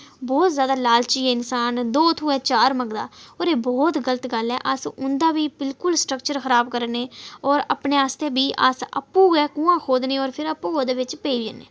बोह्त जैदा लालची ऐ इंसान दो थोए तां चार मंगदा और एह् बोह्त गलत गल्ल ऐ अस उंदा बी बिल्कुल सट्रक्चर खराब करा ने होर अपने आस्तै बी अस आपुं गै कूंहा खोदने और आपुं गै ओह्दे बिच्च पेई बी जन्ने